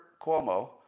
Cuomo